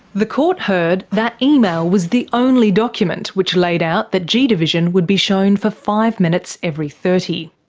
the court heard that email was the only document which laid out that g division would be shown for five minutes every thirty.